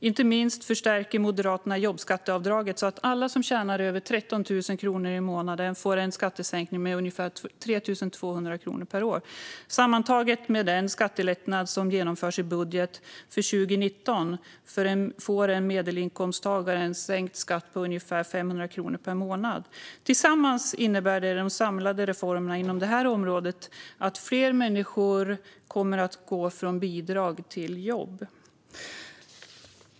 Inte minst förstärker Moderaterna jobbskatteavdraget så att alla som tjänar över 13 000 kronor i månaden får en skattesänkning med ungefär 3 200 kronor per år. Sammantaget, med den skattelättnad som genomförts i budgeten för 2019, får en medelinkomsttagare en sänkt skatt på ungefär 500 kronor per månad. Tillsammans innebär de samlade reformerna inom området att fler människor kommer att gå från bidrag till jobb.